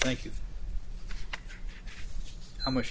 thank you how much